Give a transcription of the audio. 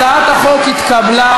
הצעת החוק התקבלה.